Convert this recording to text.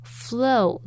flow